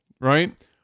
Right